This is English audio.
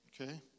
Okay